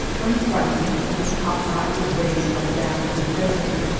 when frightened, his top-knot is raised like that of the pheasant,